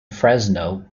fresno